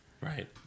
Right